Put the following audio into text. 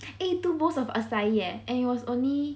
eh two bowls of acai eh and it was only